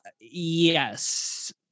yes